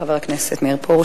בבקשה, חבר הכנסת מאיר פרוש.